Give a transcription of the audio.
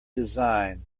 design